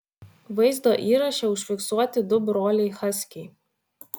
vaizdo įraše užfiksuoti du broliai haskiai